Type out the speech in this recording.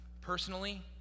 personally